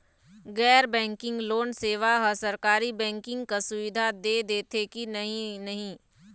गैर banking loan सेवा हा सरकारी बैंकिंग कस सुविधा दे देथे कि नई नहीं?